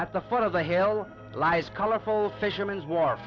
at the foot of the hill lies colorful fisherman's wharf